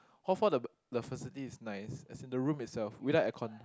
hall four the the facilities is nice as in the room itself without aircon